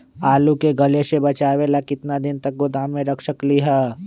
आलू के गले से बचाबे ला कितना दिन तक गोदाम में रख सकली ह?